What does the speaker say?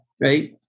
right